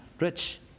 Rich